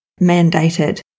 mandated